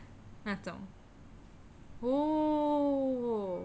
那种 oo